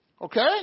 Okay